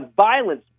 violence